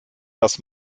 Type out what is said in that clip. das